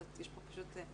שוב,